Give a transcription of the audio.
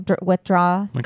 withdraw